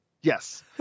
yes